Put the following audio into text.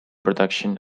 production